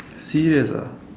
serious ah